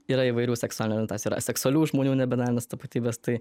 yra įvairių seksualinių orientacijų yra aseksualių žmonių nebinarinės tapatybės tai